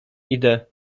idę